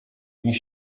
niech